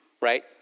Right